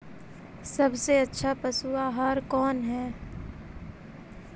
सबसे अच्छा पशु आहार कौन है?